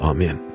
Amen